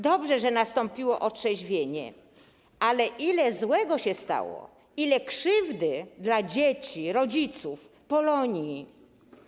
Dobrze, że nastąpiło otrzeźwienie, ale ile złego się stało, ile krzywdy dla dzieci, rodziców, Polonii.